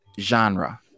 genre